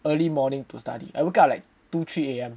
early morning to study I wake up at like two three A_M